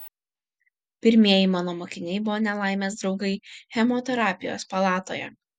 pirmieji mano mokiniai buvo nelaimės draugai chemoterapijos palatoje